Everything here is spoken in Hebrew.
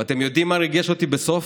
ואתם יודעים מה ריגש אותי בסוף?